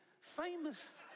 famous